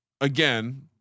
again